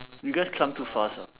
you guys climbed too fast ah